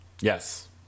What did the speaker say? Yes